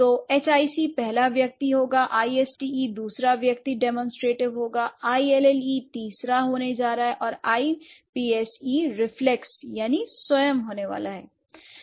तो h i c पहला व्यक्ति होगा I s t e दूसरा व्यक्ति डेमोंस्ट्रेटिव् होगा ille तीसरा होने जा रहा है और I p s e reflex या स्वयं होने वाला है